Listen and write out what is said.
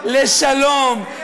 לשלום,